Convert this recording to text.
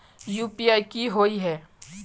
UPI की होय है?